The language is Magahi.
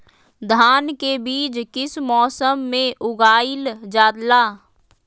धान के बीज किस मौसम में उगाईल जाला?